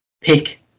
pick